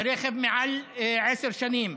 לרכב מעל עשר שנים,